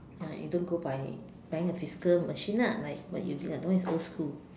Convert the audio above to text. ya you don't go buy buying a physical machine lah like what you did ah that one is old school